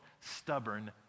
stubborn